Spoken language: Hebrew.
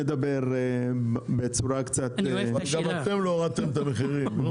גם אתם לא הורדתם את המחירים.